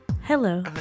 Hello